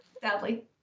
sadly